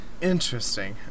Interesting